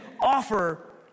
offer